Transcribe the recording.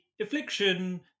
affliction